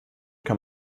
kann